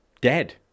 dead